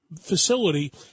facility